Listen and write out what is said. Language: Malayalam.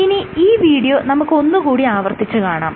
ഇനി ഈ വീഡിയോ നമുക്ക് ഒന്ന് കൂടി ആവർത്തിച്ച് കാണാം